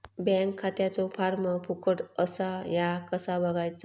Bank खात्याचो form फुकट असा ह्या कसा बगायचा?